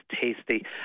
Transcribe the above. tasty